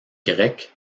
grec